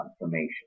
confirmation